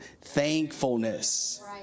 thankfulness